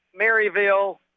Maryville